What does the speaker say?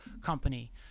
company